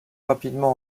rapidement